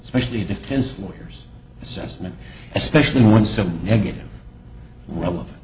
especially defense lawyers assessment especially when some negative relevant